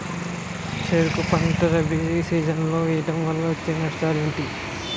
చెరుకు పంట రబీ సీజన్ లో వేయటం వల్ల వచ్చే నష్టాలు ఏంటి?